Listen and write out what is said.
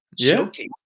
showcase